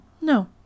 no